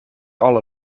alle